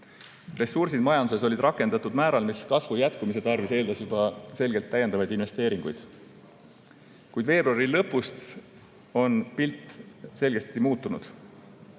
Ressursid majanduses olid rakendatud määral, mis kasvu jätkumise tarvis eeldas juba selgelt täiendavaid investeeringuid. Kuid veebruari lõpust on pilt selgesti muutunud.